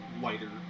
lighter